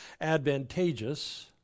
advantageous